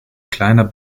kleiner